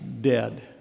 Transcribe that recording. dead